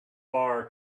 bar